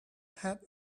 had